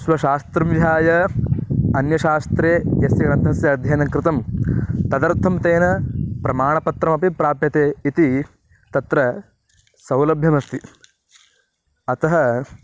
स्वशास्त्रं विहाय अन्यशास्त्रे यस्य ग्रन्थस्य अध्ययनङ्कृतं तदर्थं तेन प्रमाणपत्रमपि प्राप्यते इति तत्र सौलभ्यमस्ति अतः